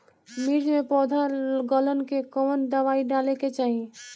मिर्च मे पौध गलन के कवन दवाई डाले के चाही?